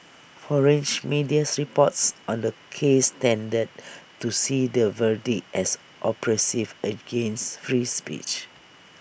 foreign media reports on the case tended to see the verdict as oppressive against free speech